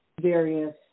various